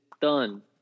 done